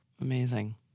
amazing